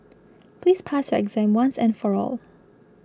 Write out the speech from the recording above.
please pass exam once and for all